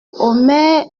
omer